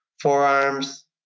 forearms